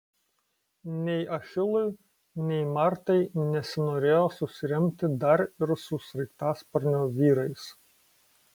nei achilui nei martai nesinorėjo susiremti dar ir su sraigtasparnio vyrais